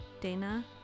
Dana